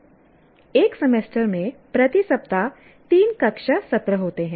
एक सेमेस्टर में प्रति सप्ताह 3 कक्षा सत्र होते हैं